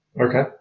Okay